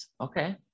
Okay